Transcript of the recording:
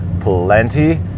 plenty